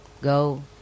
go